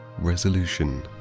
resolution